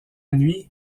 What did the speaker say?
nuit